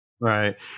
Right